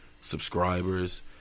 subscribers